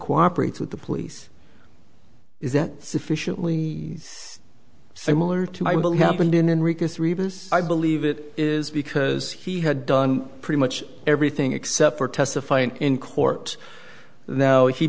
cooperate with the police is that sufficiently similar to my bill happened in and i believe it is because he had done pretty much everything except for testifying in court